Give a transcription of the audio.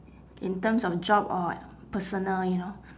in terms of job or personal you know